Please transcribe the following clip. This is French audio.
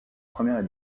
première